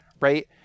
right